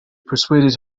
persuaded